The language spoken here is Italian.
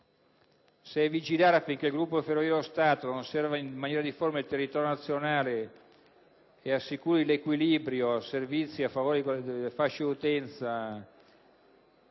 a «vigilare affinché il gruppo Ferrovie dello Stato non serva in maniera difforme il territorio nazionale e assicuri il riequilibrio dei servizi a favore di quelle fasce di utenza